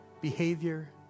behavior